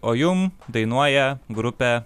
o jum dainuoja grupė